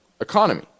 economy